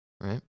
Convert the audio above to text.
right